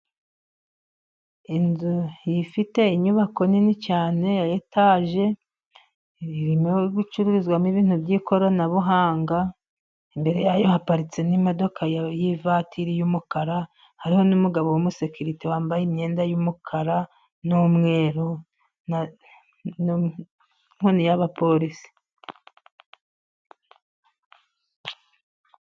Inzu ifite inyubako nini cyane ya etaje, bari gucururizamo ibintu by'ikoranabuhanga, imbere yayo haparitse imodoka y'ivatiri y'umukara, hariho n'umugabo w'umusekerite wambaye imyenda y'umukara, n'umweru n'ikoni y'abapolisi.